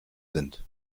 sind